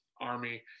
army